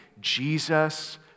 Jesus